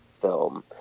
film